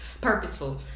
purposeful